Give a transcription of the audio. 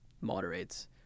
moderates